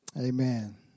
Amen